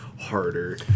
harder